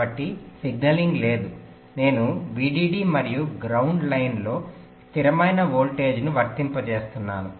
కాబట్టి సిగ్నలింగ్ లేదు నేను VDD మరియు గ్రౌండ్ లైన్లలో స్థిరమైన వోల్టేజ్ను వర్తింపజేస్తున్నాను